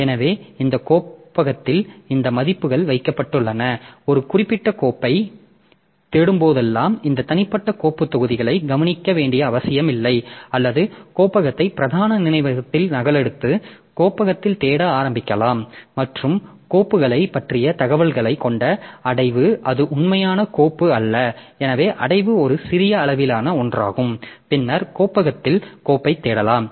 எனவே இந்த கோப்பகத்தில் இந்த மதிப்புகள் வைக்கப்பட்டுள்ளன ஒரு குறிப்பிட்ட கோப்பைத் தேடும்போதெல்லாம் இந்த தனிப்பட்ட கோப்புத் தொகுதிகளை கவனிக்க வேண்டிய அவசியமில்லை அல்லது கோப்பகத்தை பிரதான நினைவகத்தில் நகலெடுத்து கோப்பகத்தில் தேட ஆரம்பிக்கலாம் மற்றும் கோப்புகளைப் பற்றிய தகவல்களைக் கொண்ட அடைவு அது உண்மையான கோப்பு அல்ல எனவே அடைவு ஒரு சிறிய அளவிலான ஒன்றாகும் பின்னர் கோப்பகத்தில் கோப்பைத் தேடலாம்